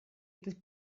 этот